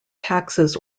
taxes